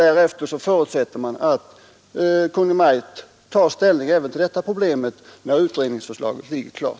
Man förutsätter att Kungl. Maj:t tar ställning även till detta problem när utredningsförslaget föreligger.